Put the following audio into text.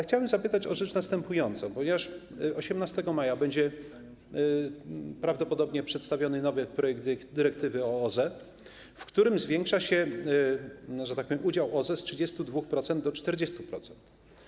Chciałbym zapytać o rzecz następującą, ponieważ 18 maja będzie prawdopodobnie przedstawiony nowy projekt dyrektywy o OZE, w którym zwiększa się udział OZE z 32% do 40%.